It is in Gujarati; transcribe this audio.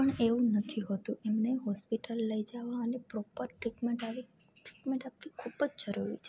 પણ એવું નથી હોતું એમને હોસ્પિટલ લઈ જાવા અને પ્રોપર ટ્રીટમેન્ટ આવી ટ્રીટમેન્ટ આપવી ખૂબ જ જરૂરી છે